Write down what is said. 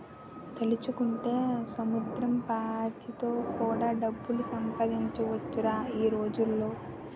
తలుచుకుంటే సముద్రం పాచితో కూడా డబ్బులు సంపాదించొచ్చురా ఈ రోజుల్లో